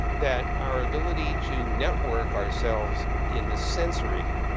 that our ability to network ourselves in the sensory